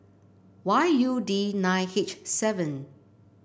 Y U D nine H seven